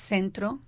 Centro